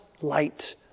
light